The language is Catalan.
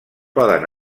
poden